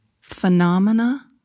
Phenomena